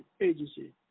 Agency